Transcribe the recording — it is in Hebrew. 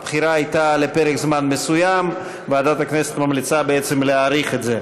הבחירה הייתה לפרק זמן מסוים וועדת הכנסת ממליצה בעצם להאריך את זה.